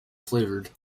flavoured